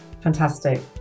Fantastic